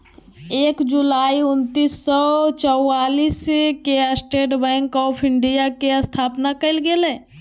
एक जुलाई उन्नीस सौ चौआलिस के स्टेट बैंक आफ़ इंडिया के स्थापना कइल गेलय